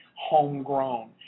homegrown